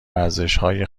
ارزشهای